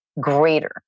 greater